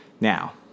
Now